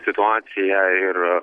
situaciją ir